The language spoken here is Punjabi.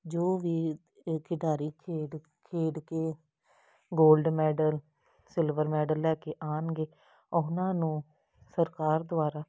ਜੋ ਵੀ ਖਿਡਾਰੀ ਖੇਡ ਖੇਡ ਕੇ ਗੋਲਡ ਮੈਡਲ ਸਿਲਵਰ ਮੈਡਲ ਲੈ ਕੇ ਆਉਣਗੇ ਉਹਨਾਂ ਨੂੰ ਸਰਕਾਰ ਦੁਆਰਾ